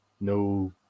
no